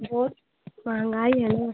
बहुत महँगाई है ना